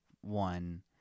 one